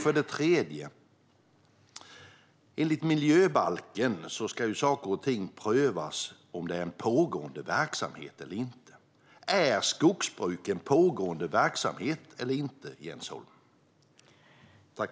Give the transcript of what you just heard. För det tredje: Enligt miljöbalken ska saker och ting prövas utifrån huruvida det är en pågående verksamhet eller inte. Är skogsbruk en pågående verksamhet eller inte, Jens Holm?